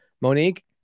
Monique